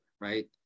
right